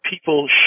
people